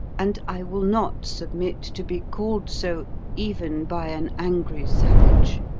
and i will not submit to be called so even by an angry savage.